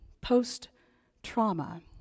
post-trauma